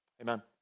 Amen